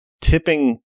tipping